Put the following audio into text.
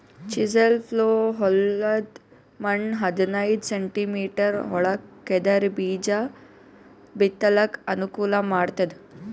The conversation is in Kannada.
ಚಿಸೆಲ್ ಪ್ಲೊ ಹೊಲದ್ದ್ ಮಣ್ಣ್ ಹದನೈದ್ ಸೆಂಟಿಮೀಟರ್ ಒಳಗ್ ಕೆದರಿ ಬೀಜಾ ಬಿತ್ತಲಕ್ ಅನುಕೂಲ್ ಮಾಡ್ತದ್